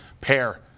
pair